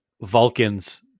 Vulcans